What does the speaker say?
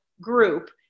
group